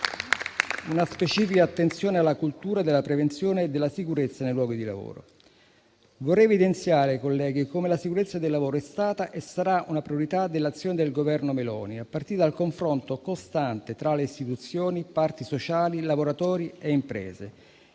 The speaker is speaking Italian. una specifica attenzione alla cultura della prevenzione e della sicurezza nei luoghi di lavoro. Vorrei evidenziare ai colleghi come la sicurezza del lavoro è stata e sarà una priorità dell'azione del Governo Meloni, a partire dal confronto costante tra istituzioni, parti sociali, lavoratori e imprese,